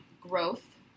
growth